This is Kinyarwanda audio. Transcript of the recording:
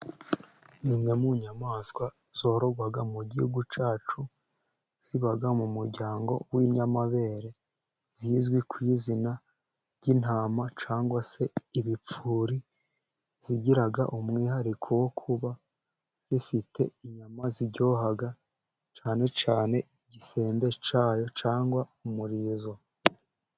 Imwe mu nyamaswa zororwa mu gihugu cyacu, ziba mu muryango w'inyamabere, zizwi ku izina ry'intama cyangwa se ibipfuri, zigira umwihariko wo kuba zifite inyama ziryoha cyane. Cyane igisembe cyayo cyangwa umurizo.